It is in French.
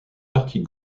partie